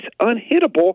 unhittable